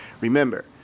Remember